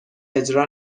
اجرا